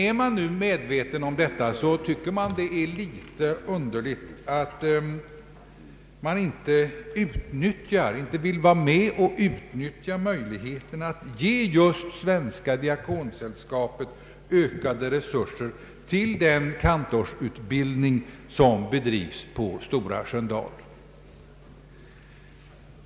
Är nu utskottet medvetet om detta förefaller det underligt att man inte vill vara med om att utnyttja möjligheterna att ge Svenska diakonsällskapet ökade resurser till den kantorsutbildning som bedrivs vid Sköndalsinstitutet.